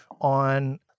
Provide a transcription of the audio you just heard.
on